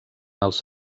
els